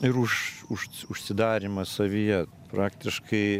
ir už už užsidarymą savyje praktiškai